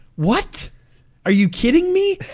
what are you kidding me?